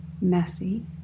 messy